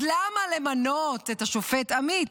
אז למה למנות את השופט עמית?